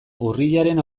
urriaren